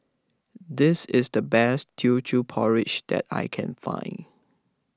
this is the best Teochew Porridge that I can find